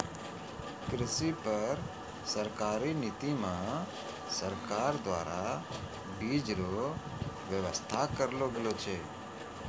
कृषि पर सरकारी नीति मे सरकार द्वारा बीज रो वेवस्था करलो गेलो छै